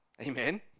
amen